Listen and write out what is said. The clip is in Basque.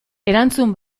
erantzun